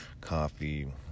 coffee